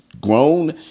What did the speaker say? grown